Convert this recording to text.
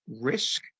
risk